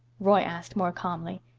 roy asked more calmly.